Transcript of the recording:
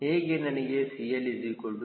ಹೇಗೆ ನನಗೆ 𝐶L 0